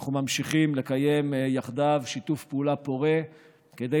ואנחנו ממשיכים לקיים יחדיו שיתוף פעולה פורה כדי